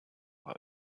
bei